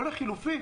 או לחלופין